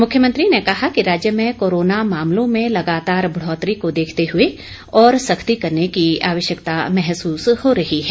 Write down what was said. मुख्यमंत्री ने कहा कि राज्य में कोरोना मामलों में लगातार बढ़ौतरी को देखते हुए और सख्ती करने की आवश्यकता महसूस हो रही है